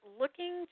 looking